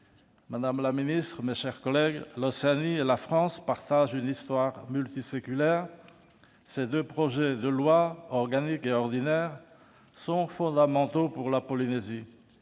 Madame la ministre, mes chers collègues, l'Océanie et la France partagent une histoire multiséculaire. Ces deux projets de loi, organique et ordinaire, sont fondamentaux pour la Polynésie